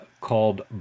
called